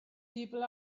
people